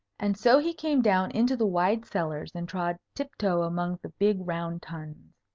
and so he came down into the wide cellars, and trod tiptoe among the big round tuns.